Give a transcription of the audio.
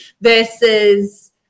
versus